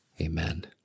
Amen